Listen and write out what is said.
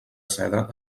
seda